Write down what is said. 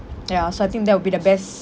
ya so I think that would be the best